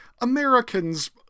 Americans